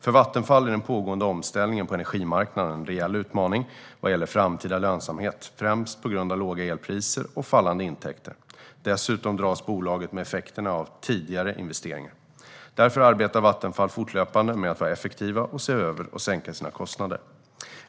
För Vattenfall är den pågående omställningen på energimarknaden en reell utmaning vad gäller framtida lönsamhet, främst på grund av låga elpriser och fallande intäkter. Dessutom dras bolaget med effekterna av tidigare investeringar. Därför arbetar Vattenfall fortlöpande med att vara effektiva och se över och sänka sina kostnader.